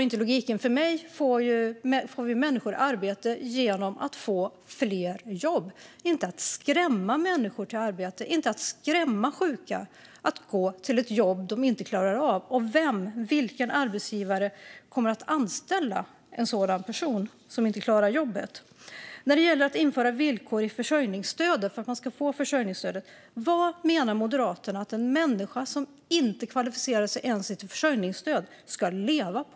I min värld får vi människor i arbete genom att skapa fler jobb, inte genom att skrämma människor till arbete - genom att skrämma sjuka att gå till ett jobb de inte klarar av. Och vilken arbetsgivare kommer att anställa en person som inte klarar jobbet? När det gäller att införa villkor för att få försörjningsstöd - vad menar Moderaterna att en människa som inte kvalificerar sig ens till försörjningsstöd ska leva på?